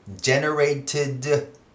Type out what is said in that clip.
generated